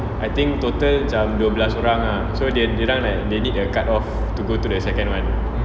I think total macam dua belas orang ah so they dorang like they need a cut off to go to the second one